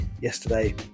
yesterday